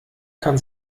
kann